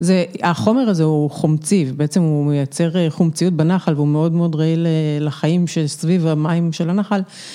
זה, החומר הזה הוא חומצי, ובעצם הוא מייצר חומציות בנחל והוא מאוד מאוד רעיל לחיים שסביב המים של הנחל.